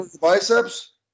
biceps